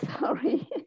sorry